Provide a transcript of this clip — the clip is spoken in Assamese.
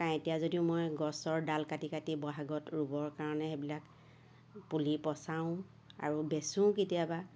কাইটীয়া যদিও মই গছৰ ডাল কাটি কাটি বহাগত ৰুবৰ কাৰণে সেইবিলাক পুলি পচাওঁ আৰু বেচোও কেতিয়াবা